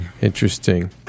Interesting